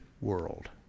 world